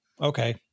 okay